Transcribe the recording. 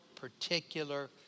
particular